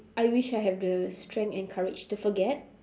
I wish I have the strength and courage to forget